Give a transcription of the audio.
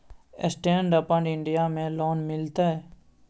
Stand up India में loan मिलते?